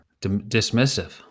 dismissive